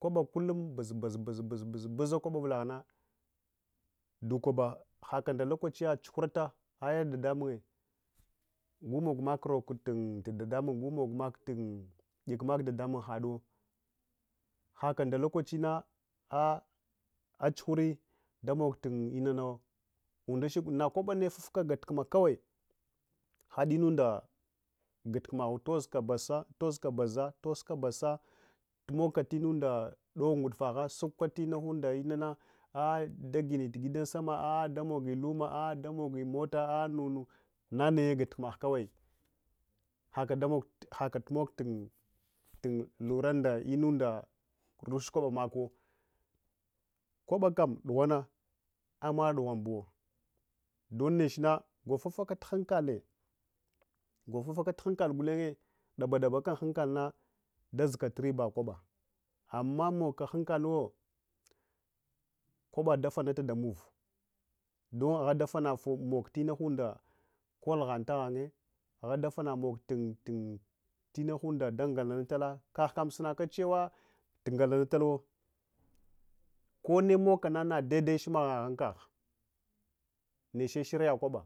Kwaba kullum puz puz puza kwaba uvulahna dukba hakanda lokachiya tsuhurata aya ɗaɗamungye gumuk maktu roktu dadamun gumokmak ikka ɗaɗamun haka nɗa lokachina ali a tsuhure damok tinana unda shakwide nakwa banane fufkatu gatme kawai haɗinunɗa gattumaghu zotga baza toska asa tumogga tinunda dawu ngudfagha sukkatinughun da inana ah’ daginne gidan sama ah’ damogi hima ah’ damogi mota ah’ da nunu naye gatmagh kawai haka ɗamog lura ndu’innda tunish kwaba maku kwabakam dughuwana amma dighwanbuwa dun nechna gwakuf fakatu hankale, gwafufaka tu hankale gulenye daba dabaka-un-hankale dazkatu riba kwaba amma mogga hankaluwa kwaba dafanata ndamuva dun ahha davanat tumog inahunɗa kot han tahanye ahada fanat tun inahunda da-ngalanatala. Kahkam sunaka chewatu, ngalanatalwa kanne mogkana dedeche maghengaha ankagha neche sharriya kwaba,